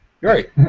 Right